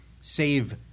save